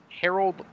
Harold